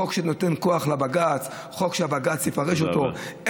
הוא חוק שנותן כוח לבג"ץ, חוק שבג"ץ יפרש אותו.